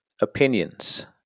opinions